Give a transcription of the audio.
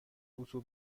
اتو